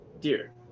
dear